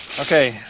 okay,